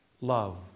love